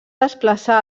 desplaçar